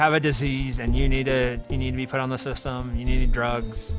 have a disease and you need it you need to be put on the system you need drugs